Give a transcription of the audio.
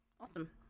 Awesome